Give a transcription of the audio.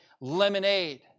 lemonade